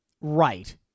Right